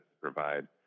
provide